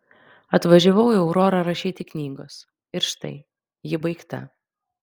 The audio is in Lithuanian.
atvažiavau į aurorą rašyti knygos ir štai ji baigta